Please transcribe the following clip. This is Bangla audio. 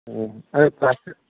হুম আর ওই পাইপের